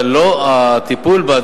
אבל הטיפול בה,